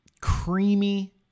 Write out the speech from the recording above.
creamy